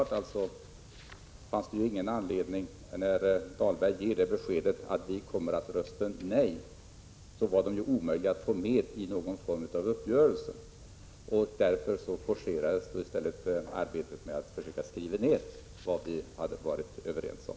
Men efter beskedet från Rolf Dahlberg om att moderaterna skulle komma att rösta nej, att partiet alltså var omöjligt att få med i någon form av uppgörelse, fanns det självfallet ingen anledning till vidare diskussioner. Därför forcerades i stället arbetet med att skriva ned vad vi hade varit överens om.